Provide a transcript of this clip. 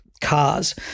cars